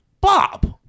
Bob